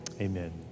Amen